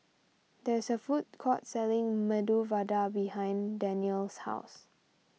there is a food court selling Medu Vada behind Danyel's house